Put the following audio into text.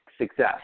success